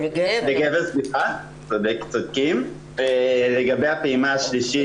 לגבי הפעימה השלישית.